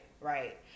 Right